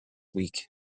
week